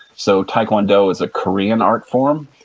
so, taekwondo is a korean art form.